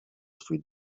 swój